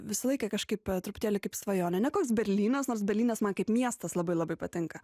visą laiką kažkaip truputėlį kaip svajonė ne koks berlynas nors berlynas man kaip miestas labai labai patinka